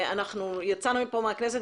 יצאנו מהכנסת